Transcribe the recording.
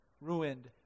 ruined